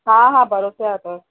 हा हा भरोसे वारो अथव